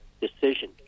decision